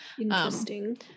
Interesting